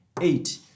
eight